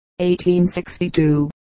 1862